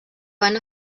van